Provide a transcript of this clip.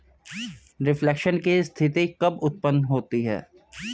Reflation की स्थिति कब उत्पन्न होती है?